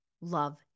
love